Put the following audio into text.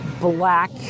black